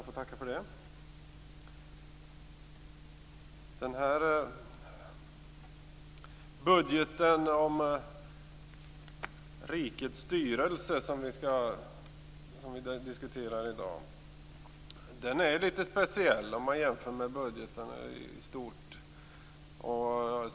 Fru talman! Budgeten för rikets styrelse som vi diskuterar i dag är litet speciell vid jämförelse med budgeten i stort.